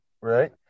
right